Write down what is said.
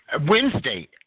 Wednesday